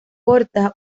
porta